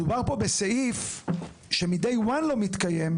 מדובר פה בסעיף שמ-day one לא מתקיים.